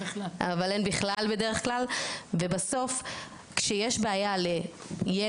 אבל אין בכלל בדרך כלל ובסוף כשיש בעיה לילד,